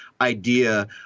idea